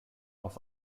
auf